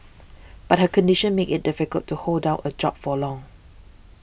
but her condition made it difficult to hold down a job for long